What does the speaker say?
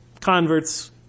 converts